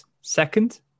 second